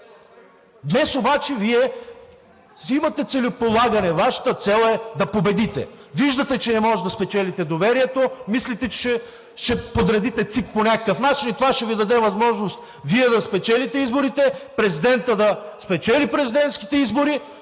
Днес обаче Вие си имате целеполагане. Вашата цел е да победите. Виждате, че не можете да спечелите доверието, мислите, че ще подредите ЦИК по някакъв начин и това ще Ви даде възможност Вие да спечелите изборите, президентът да спечели президентските избори